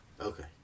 Okay